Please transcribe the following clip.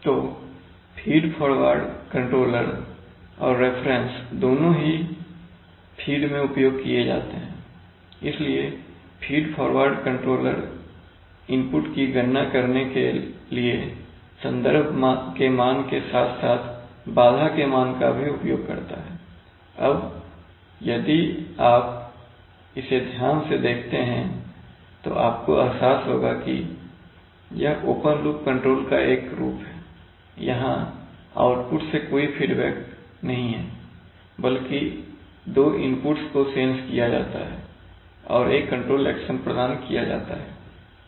तो feed forward controller और reference दोनों ही फीड में उपयोग किए जाते हैं इसलिए फीड फॉरवर्ड कंट्रोलर इनपुट की गणना करने के लिए संदर्भ के मान के साथ साथ बाधा के मान का भी उपयोग करता है अब यदि आप इसे ध्यान से देखते हैं तो आपको एहसास होगा कि यह ओपन लूप कंट्रोल का एक रूप है यहां आउटपुट से कोई फीडबैक नहीं है बल्कि दो इनपुट्स को सेंस किया जाता है और एक कंट्रोल एक्शन प्रदान किया जाता है